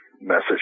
message